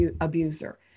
abuser